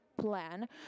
plan